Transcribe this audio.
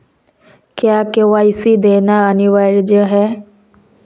क्या के.वाई.सी देना अनिवार्य है?